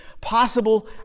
possible